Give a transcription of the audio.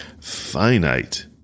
finite